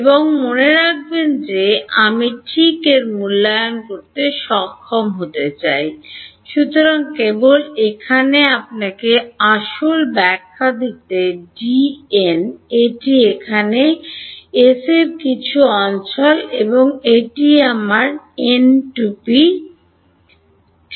এবং মনে রাখবেন যে আমি ঠিক এর মূল্যায়ন করতে সক্ষম হতে চাই সুতরাং কেবল এখানে আপনাকে শারীরিক ব্যাখ্যা দিতে এটি এখানে এস এর কিছু অঞ্চল এবং এটি আমার এন টুপি ডান